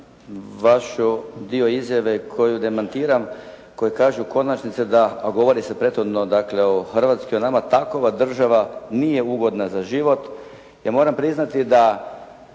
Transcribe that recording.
vašu dio izjave koju demantiram koja kaže u konačnici da, a govori se prethodno dakle o Hrvatskoj i o nama: «Takova država nije ugodna za život.» Ja moram priznati da